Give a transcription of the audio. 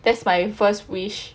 that's my first wish